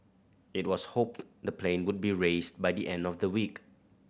it was hoped the plane would be raised by the end of the week